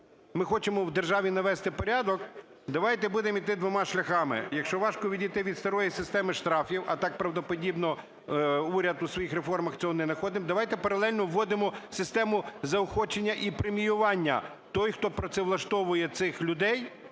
ми хочемо в державі навести порядок, давайте будемо йти двома шляхами. Якщо важко відійти від старої системи штрафів, а так правдоподібно уряд у своїх реформах… цього не находимо, давайте паралельно введемо систему заохочення і преміювання. Той, хто працевлаштовує цих людей,